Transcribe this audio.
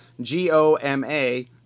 G-O-M-A